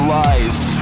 life